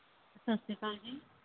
ਸਤਿ ਸ਼੍ਰੀ ਅਕਾਲ ਜੀ